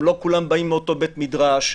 הם לא כולם באים מאותו בית מדרש.